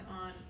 on